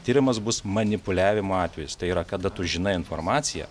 tyrimas bus manipuliavimo atvejis tai yra kada tu žinai informaciją